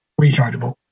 rechargeable